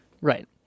Right